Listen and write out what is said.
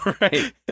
right